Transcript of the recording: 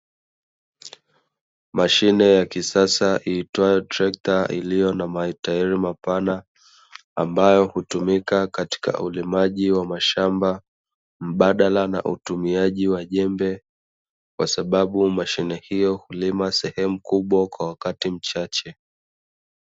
Mashine ya kisasa iitwayo trekta iliyo na matairi mapana hutumika katika ulimaji wa mashamba mbadala na utumiaji wa jembe kwa sababu mashine hiyo hulima sehemu kubwa kwa wakati mchache.